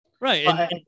Right